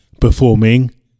performing